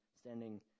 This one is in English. standing